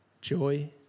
joy